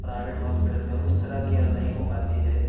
private hospital میں اُس طرح کیئر نہیں ہو پاتی ہے